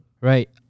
Right